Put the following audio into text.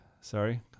Sorry